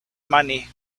money